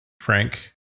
Frank